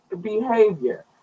behavior